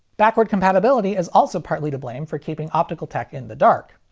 backward compatibility is also partly to blame for keeping optical tech in the dark.